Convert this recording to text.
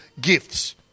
gifts